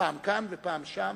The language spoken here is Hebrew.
פעם כאן ופעם שם.